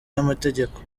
y’amategeko